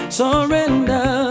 surrender